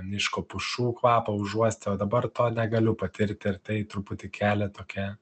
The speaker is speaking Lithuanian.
miško pušų kvapą užuosti o dabar to negaliu patirti ir tai truputį kelia tokią